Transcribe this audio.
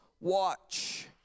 watch